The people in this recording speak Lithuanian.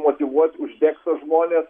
motyvuot uždegt tuos žmones